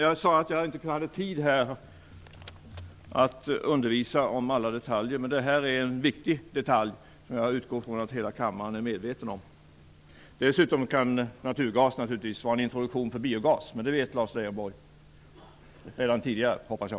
Jag sade att jag inte har tid att här undervisa om alla detaljer, men detta är en viktig detalj som jag utgår ifrån att hela kammaren är medveten om. Dessutom kan naturligtvis naturgasen vara en introduktion för biogas. Men det visste Lars Leijonborg redan tidigare, hoppas jag.